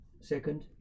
second